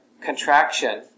contraction